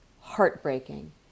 heartbreaking